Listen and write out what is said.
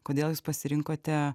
kodėl jūs pasirinkote